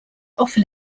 often